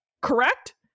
Correct